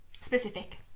specific